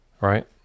Right